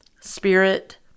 Spirit